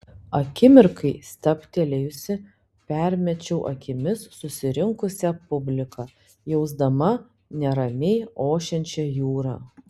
akimirkai stabtelėjusi permečiau akimis susirinkusią publiką jausdama neramiai ošiančią jūrą